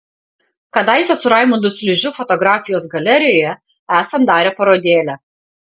kadaise su raimundu sližiu fotografijos galerijoje esam darę parodėlę